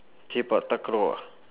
sepak takraw ah